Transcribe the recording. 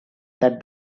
that